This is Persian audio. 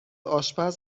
آشپز